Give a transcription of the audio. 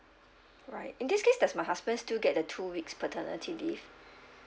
right in this case does my husband still get the two weeks paternity leave